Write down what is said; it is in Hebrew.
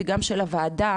וגם כיו"ר הוועדה,